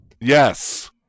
Yes